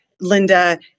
Linda